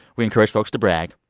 we encourage folks to brag.